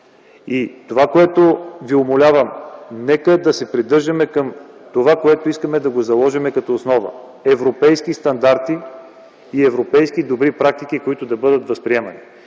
битовата престъпност. Умолявам Ви: нека се придържаме към това, което искаме да заложим като основа – европейски стандарти и европейски добри практики, които да бъдат възприемани.